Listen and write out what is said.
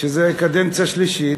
וזו קדנציה שלישית,